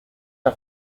are